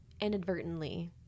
inadvertently